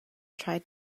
tried